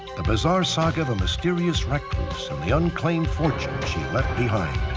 the bizarre saga of a mysterious recluse, and the unclaimed fortune she left behind.